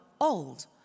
old